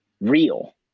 real